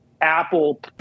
Apple